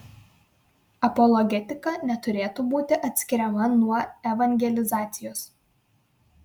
apologetika neturėtų būti atskiriama nuo evangelizacijos